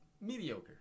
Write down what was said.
mediocre